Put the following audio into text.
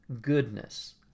goodness